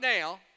now